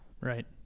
Right